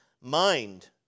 mind